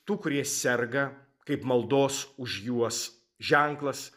tų kurie serga kaip maldos už juos ženklas